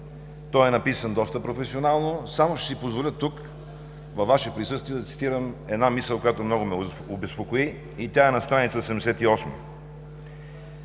Той е написан доста професионално. Ще си позволя тук, във Ваше присъствие да цитирам една мисъл, която много ме обезпокои – на страница 78.